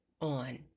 on